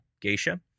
Geisha